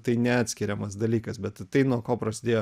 tai neatskiriamas dalykas bet tai nuo ko prasidėjo